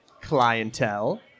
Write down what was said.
clientele